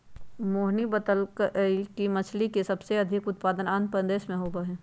मोहिनी ने बतल कई कि मछ्ली के सबसे अधिक उत्पादन आंध्रप्रदेश में होबा हई